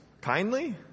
Kindly